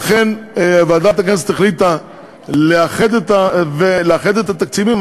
ועדת הכנסת החליטה לאחד את התקציבים,